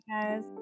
guys